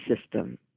system